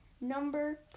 number